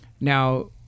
now